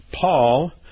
Paul